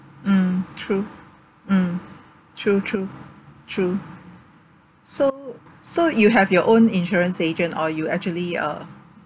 mm true mm true true true so so you have your own insurance agent or you actually uh